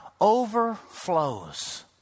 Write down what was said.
overflows